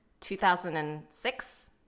2006